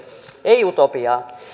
ei utopiaa